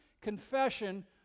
confession